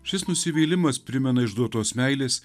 šis nusivylimas primena išduotos meilės